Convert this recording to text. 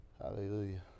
Hallelujah